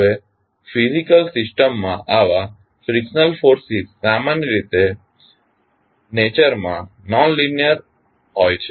હવે ફીઝીકલ સિસ્ટમ્સમાં આવા ફ્રીકશનલ ફોર્સિસ સામાન્ય રીતે વૃતિ માં નોન લીનીઅર હોય છે